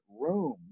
room